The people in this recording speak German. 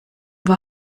war